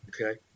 Okay